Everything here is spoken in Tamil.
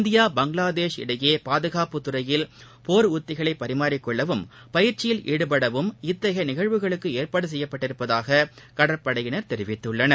இந்தியா பங்களாதேஷ் இடையேபாதுகாப்புத்துறையில் போர் உத்திகளைபரிமாறிக்கொள்ளவும் பயிற்சியில் ஈடுபடவும் இத்தகையநிகழ்வுகளுக்குஏற்பாடுசெய்யப்பட்டுள்ளதாககடற்படையினர் தெரிவித்தனர்